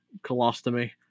colostomy